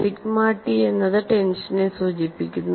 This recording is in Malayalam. സിഗ്മ ടി എന്നത് ടെൻഷനെ സൂചിപ്പിക്കുന്നു